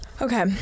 Okay